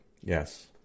Yes